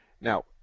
Now